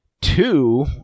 two